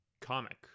comic